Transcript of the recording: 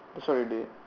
that's what you did